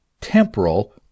temporal